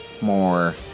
more